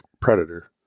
predator